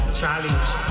challenge